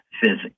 physics